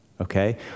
okay